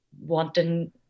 wanting